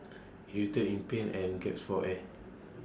he writhed in pain and gasped for air